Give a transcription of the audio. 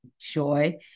joy